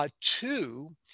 Two